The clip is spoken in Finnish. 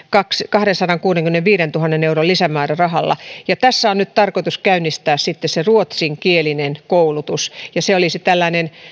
kahdensadankuudenkymmenenviidentuhannen euron lisämäärärahalla tässä on nyt tarkoitus käynnistää se ruotsinkielinen koulutus ja se olisi tällainen